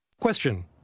question